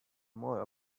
more